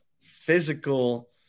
physical